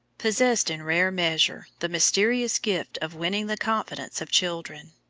possessed in rare measure the mysterious gift of winning the confidence of children.